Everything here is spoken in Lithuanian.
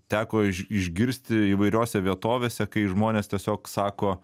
teko išgirsti įvairiose vietovėse kai žmonės tiesiog sako